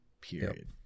period